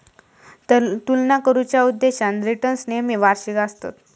तुलना करुच्या उद्देशान रिटर्न्स नेहमी वार्षिक आसतत